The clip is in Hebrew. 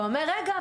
ואומר רגע,